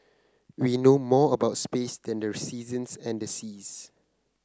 we know more about space than the seasons and the seas